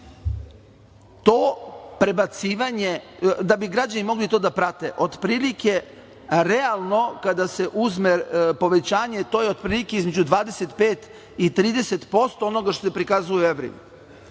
do 1.400.Da bi građani mogli to da prate, otprilike realno kada se uzme povećanje, to je otprilike između 25 i 30% onoga što se prikazuje u evrima,